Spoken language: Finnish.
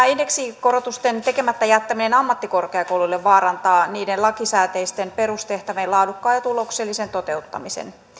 indeksikorotusten tekemättä jättäminen ammattikorkeakouluille vaarantaa niiden lakisääteisten perustehtävien laadukkaan ja tuloksellisen toteuttamisen